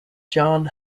john